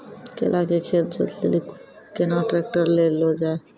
केला के खेत जोत लिली केना ट्रैक्टर ले लो जा?